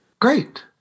Great